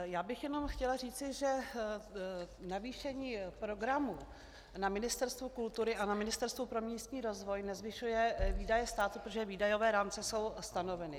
Já bych jenom chtěla říci, že navýšení programu na Ministerstvu kultury a na Ministerstvu pro místní rozvoj nezvyšuje výdaje státu, protože výdajové rámce jsou stanoveny.